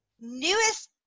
newest